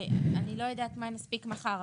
אני לא יודעת מה נספיק מחר,